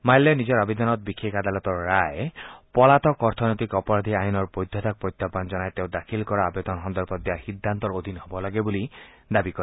মাল্যই নিজৰ আবেদনত বিশেষ আদালতৰ ৰায় পলাতক অৰ্থনীতিক অপৰাধী আইনৰ বৈধতাক প্ৰত্যাহ্বান জনাই তেওঁ দাখিল কৰা আবেদন সন্দৰ্ভত দিয়া সিদ্ধান্ত সঠিক হ'ব লাগে বুলি দাবী কৰে